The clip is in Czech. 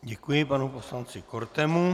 Děkuji panu poslanci Kortemu.